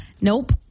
Nope